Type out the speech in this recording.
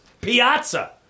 Piazza